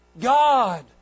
God